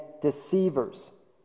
deceivers